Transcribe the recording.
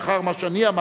לאחר מה שאמרתי,